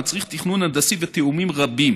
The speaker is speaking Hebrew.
המצריך תכנון הנדסי ותיאומים רבים